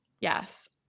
Yes